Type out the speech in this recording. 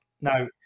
Now